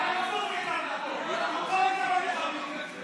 אנחנו נצביע על עוד שלוש הסתייגויות של האופוזיציה,